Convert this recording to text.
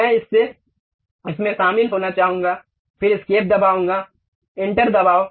मैं इसमें शामिल होना चाहूंगा फिर एस्केप दबाऊंगा इंटर दबाओ